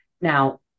Now